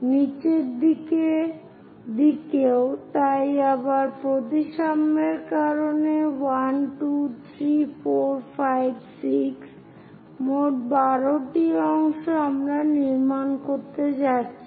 নিচের দিকেও তাই আবার প্রতিসাম্যের কারণে 1 2 3 4 5 6 মোট 12 টি অংশ আমরা নির্মাণ করতে যাচ্ছি